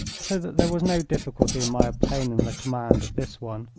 so that there was no difficulty in my obtaining the command of this one.